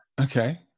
Okay